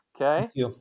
Okay